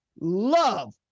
love